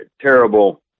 terrible